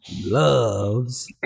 loves